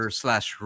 slash